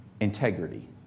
integrity